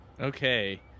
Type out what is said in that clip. Okay